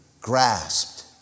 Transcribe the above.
grasped